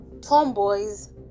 Tomboys